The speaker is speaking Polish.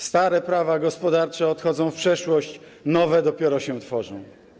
Stare prawa gospodarcze odchodzą w przeszłość, nowe dopiero się tworzą.